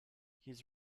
his